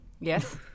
yes